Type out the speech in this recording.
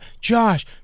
Josh